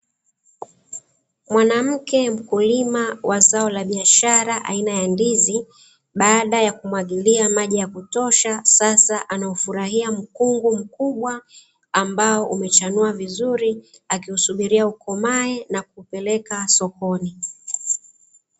Mwanamke mkulima wa zao la biashara aina ya ndizi baada ya kumwagilia maji ya kutosha, sasa anaufurahia mkungu mkubwa ambao umechanua vizuri akiusubiria ukomae na kupeleka sokoni.